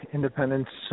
Independence